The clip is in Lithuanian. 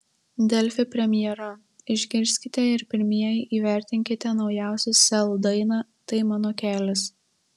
delfi premjera išgirskite ir pirmieji įvertinkite naujausią sel dainą tai mano kelias